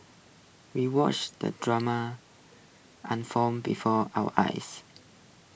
we watched the drama unfold before our eyes